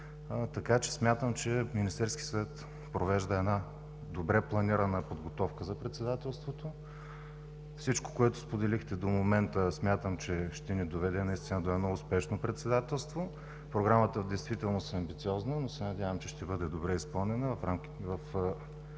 тематиката. Смятам, че Министерският съвет провежда добре планирана подготовка за председателството. Всичко, което споделихте до момента, смятам, че ще ни доведе до успешно председателство. Програмата в действителност е амбициозна, но се надявам, че ще бъде добре изпълнена в стопроцентово